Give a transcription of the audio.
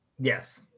yes